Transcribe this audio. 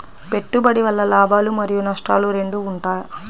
పెట్టుబడి వల్ల లాభాలు మరియు నష్టాలు రెండు ఉంటాయా?